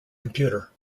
computer